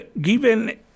given